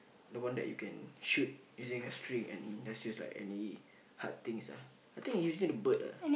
the one that you can shoot using a string and just use like any hard things ah I think is usually the bird ah